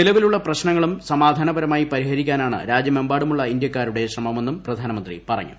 നിലവിലുള്ള പ്രശ്നങ്ങളും സമാധാനപ്പര്യമായി പരിഹരിക്കാനാണ് രാജ്യമെമ്പാടുമുള്ള ഇന്ത്യക്കാരുടെ ഏശ്യമ്മെന്നും പ്രധാനമന്ത്രി പറഞ്ഞു